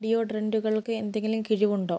ഡിയോഡ്രൻറ്റുകൾക്ക് എന്തെങ്കിലും കിഴിവുണ്ടോ